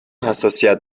حساسیت